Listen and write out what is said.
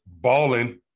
balling